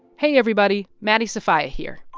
hey, everybody. maddie sofia here